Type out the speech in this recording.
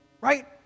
Right